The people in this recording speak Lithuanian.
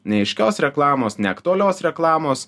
neaiškios reklamos neaktualios reklamos